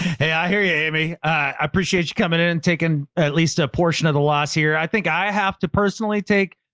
hey, i hear you, yeah amy. i appreciate you coming in and taking at least a portion of the loss here. i think i have to personally take.